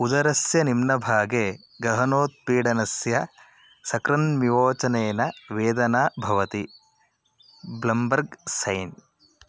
उदरस्य निम्नभागे गहनोत्पीडनस्य सकृन्मिवोचनेन वेदना भवति ब्लम्बर्ग् सैन्